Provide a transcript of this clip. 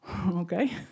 okay